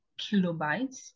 kilobytes